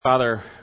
father